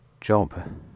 job